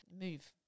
move